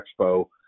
Expo